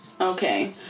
Okay